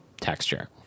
texture